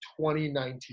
2019